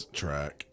track